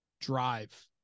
drive